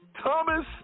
Thomas